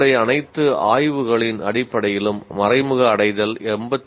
தொடர்புடைய அனைத்து ஆய்வுகளின் அடிப்படையிலும் மறைமுக அடையல் 85